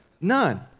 None